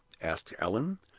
asked allan.